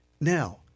Now